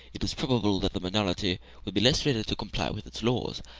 it is probable that the minority would be less ready to comply with its laws.